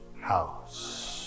house